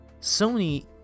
Sony